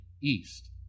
east